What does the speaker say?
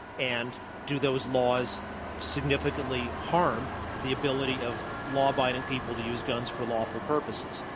and do those laws significantly harm the ability of law-abiding people to use guns for lawful purposes?